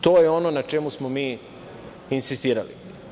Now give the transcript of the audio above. To je ono na čemu smo mi insistirali.